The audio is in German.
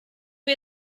ihr